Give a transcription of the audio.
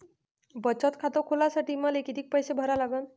बचत खात खोलासाठी मले किती पैसे भरा लागन?